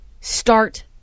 start